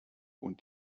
und